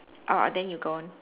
uh then you go on